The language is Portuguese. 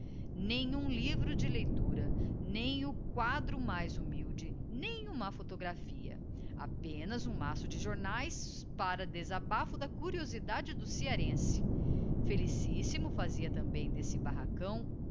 um livro de leitura nem o quadro mais humilde nem uma photographia apenas um maço de jornaes para desabafo da curiosidade do cearense felicíssimo fazia também d'esse barracão